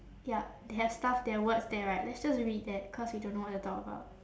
ya they have stuff there words there right let's just read that cause we don't know what to talk about